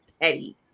petty